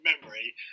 memory